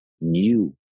new